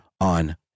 on